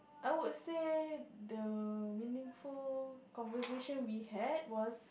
I would say the meaningful conversation we had was